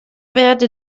werde